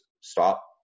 stop